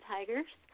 Tigers